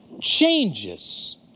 changes